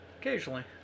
occasionally